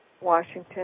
Washington